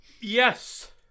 Yes